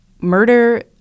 murder